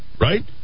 right